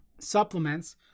supplements